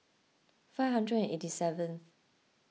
five hundred eighty seventh